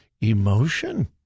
emotion